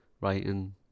Writing